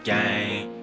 Gang